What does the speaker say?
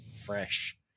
fresh